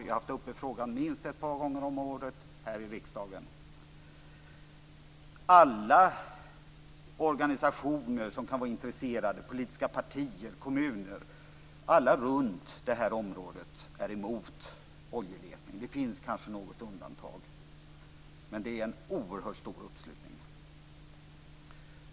Jag har tagit upp frågan minst ett par gånger om året här i riksdagen. Alla organisationer som kan vara intresserade, politiska partier, kommuner - alla runt detta område - är emot oljeletning. Det finns kanske något undantag, men det är en oerhört stor uppslutning.